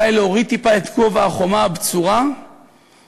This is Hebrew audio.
אולי להוריד טיפה את גובה החומה הבצורה למי